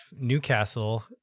Newcastle